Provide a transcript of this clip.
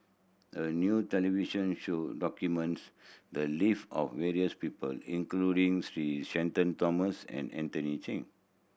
a new television show documents the live of various people including Sir Shenton Thomas and Anthony Chen